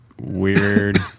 Weird